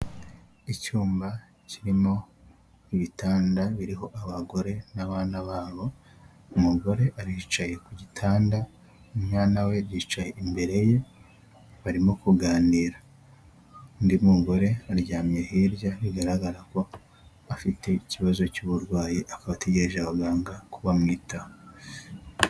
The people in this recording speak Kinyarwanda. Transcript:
Icyumba kirimo ibitanda biriho abagore n'abana babo umugore aricaye k'igitanda umwana we yicaye imbere ye barimo kuganira undi mugore aryamye hirya bigaragara ko afite ikibazo cy'uburwayi akaba ategereje abaganga ko bamwitaho.